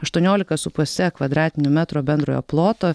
aštuoniolika su puse kvadratinių metrų bendrojo ploto